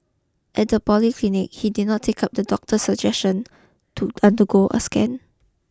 at the polyclinic he did not take up the doctor suggestion to undergo a scan